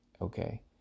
okay